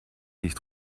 nicht